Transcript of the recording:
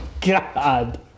God